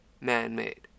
man-made